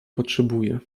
potrzebuję